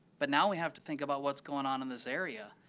but now we have to think about what's going on in this area.